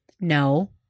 no